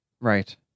right